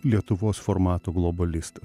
lietuvos formato globalistas